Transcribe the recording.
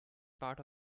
part